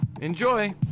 enjoy